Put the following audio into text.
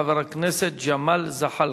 חבר הכנסת ג'מאל זחאלקה.